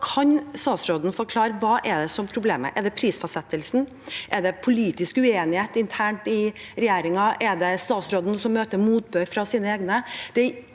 Kan statsråden forklare hva som er problemet? Er det prisfastsettelsen? Er det politisk uenighet internt i regjeringen? Er det statsråden som møter motbør fra sine egne?